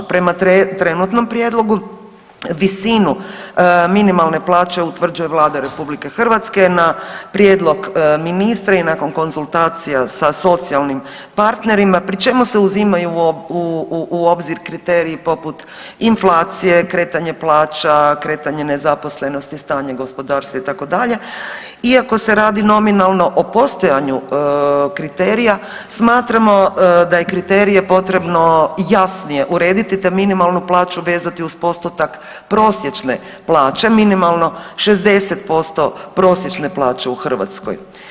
Prema trenutnom prijedlogu, visinu minimalne plaće utvrđuje Vlada RH na prijedlog ministra i nakon konzultacija sa socijalnim partnerima, pri čemu se uzimaju u obzir kriteriji poput inflacije, kretanje plaća, kretanje nezaposlenosti, stanje gospodarstva, itd., iako se radi nominalno o postojanju kriterija, smatramo da je kriterije potrebno jasnije urediti te minimalnu plaću vezati uz postotak prosječne plaće, minimalno 60% prosječne plaće u Hrvatskoj.